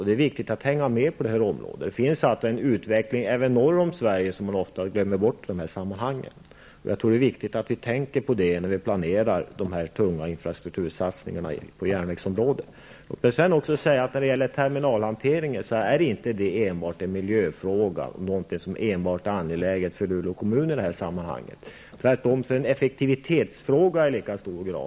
Det är viktigt att hänga med på detta område. Det finns alltså en utveckling även norr om Sverige, som man ofta glömmer bort i de här sammanhangen. Jag tror att det är viktigt att vi tänker på det när vi planerar de tunga infrastruktursatsningarna på järnvägsområdet. Terminalhanteringen är inte enbart en miljöfråga och någonting som endast är angeläget för Luleå kommun. Tvärtom är det i lika hög grad en effektivitetsfråga.